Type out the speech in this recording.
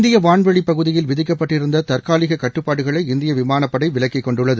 இந்தியவான்வளிப் பகுதியில் விதிக்கப்பட்டிருந்ததற்காலியகட்டுப்பாடுகளை இந்தியவிமானப்படைவிலக்கிக் கொண்டுள்ளது